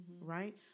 Right